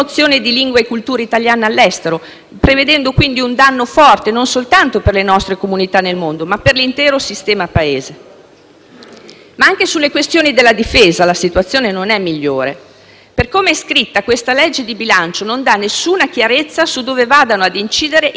determinando quindi un danno forte, non soltanto per le nostre comunità nel mondo, ma per l'intero sistema Paese. Anche sulle questioni della Difesa la situazione non è migliore. Per come è scritto, il disegno di legge di bilancio non dà alcuna chiarezza su dove vadano a incidere i tagli previsti nel citato